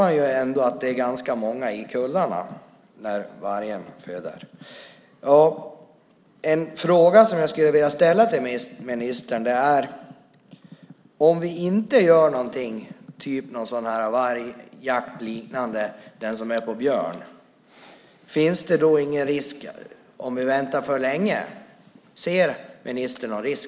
Man vet ändå att när vargen föder ungar blir det ganska många i kullarna. Om vi inte gör något liknande jakt på björn med varg, ministern, finns det inte risk med att vänta för länge? Ser ministern någon risk?